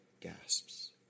gasps